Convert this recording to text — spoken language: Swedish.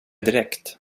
direkt